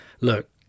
look